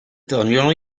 ddoniol